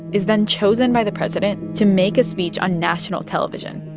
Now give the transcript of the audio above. is then chosen by the president to make a speech on national television,